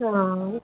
हा